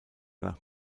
nach